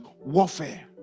warfare